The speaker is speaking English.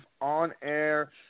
on-air